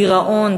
גירעון,